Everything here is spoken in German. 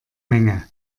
menge